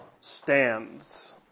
stands